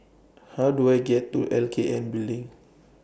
How Do I get to L K N Building